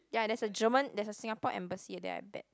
yeah there's a German there's a Singapore Embassy at there I bet